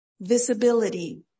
visibility